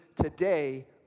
today